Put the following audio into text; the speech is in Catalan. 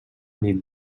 nit